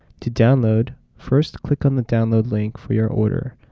to download, first click and the download link for your order,